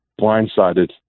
blindsided